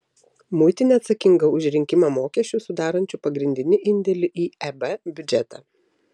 muitinė atsakinga už rinkimą mokesčių sudarančių pagrindinį indėlį į eb biudžetą